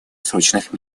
срочных